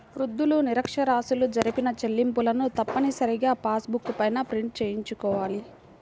వృద్ధులు, నిరక్ష్యరాస్యులు జరిపిన చెల్లింపులను తప్పనిసరిగా పాస్ బుక్ పైన ప్రింట్ చేయించుకోవాలి